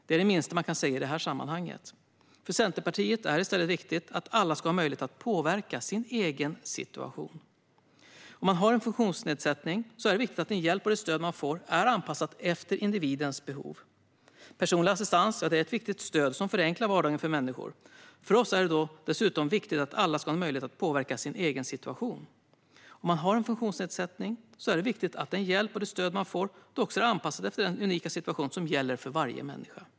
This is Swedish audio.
Det är det minsta man kan säga i sammanhanget. För Centerpartiet är det i stället viktigt att alla ska ha möjlighet att påverka sin egen situation. Om man har en funktionsnedsättning är det viktigt att den hjälp och det stöd man får är anpassade efter individens behov. Personlig assistans är ett viktigt stöd som förenklar vardagen för människor. För oss i Centerpartiet är det då dessutom viktigt att alla ska ha möjlighet att påverka sin egen situation. Om man har en funktionsnedsättning är det viktigt att den hjälp och det stöd man får då också är anpassade efter den unika situation som gäller för varje människa.